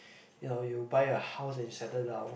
you know you buy a house and you settle down